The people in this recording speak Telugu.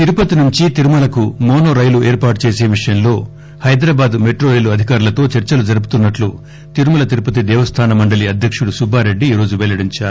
తిరుపతి నుంచి తిరుమలకు మోనో రైలు ఏర్పాటు చేసే విషయంలో హైదరాబాద్ మెట్రో రైలు అధికారులతో చర్చలు జరుపుతున్నట్లు తిరుమల తిరుపతి దేవస్తాన మండలి అధ్యకుడు సుబ్బారెడ్డి ఈరోజు వెల్లడించారు